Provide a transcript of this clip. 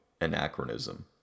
anachronism